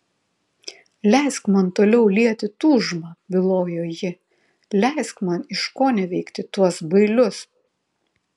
leisk man toliau lieti tūžmą bylojo ji leisk man iškoneveikti tuos bailius